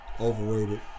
Overrated